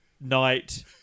night